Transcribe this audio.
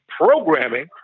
programming